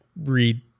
read